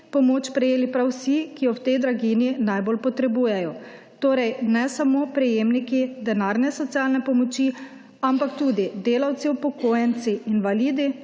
pomoč prejeli prav vsi, ki jo ob tej draginji najbolj potrebujejo, torej, ne samo prejemniki denarne socialne pomoči, ampak tudi delavci, upokojenci, invalidi,